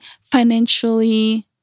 financially